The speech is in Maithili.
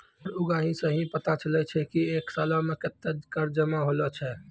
कर उगाही सं ही पता चलै छै की एक सालो मे कत्ते कर जमा होलो छै